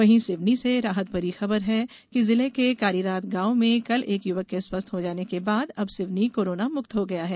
वहीं सिवनी से राहत भरी खबर है कि जिले के कारीरात गॉव में कल एक युवक के स्वस्थ हो जाने के बाद अब सिवनी कोरोना मुक्त हो गया है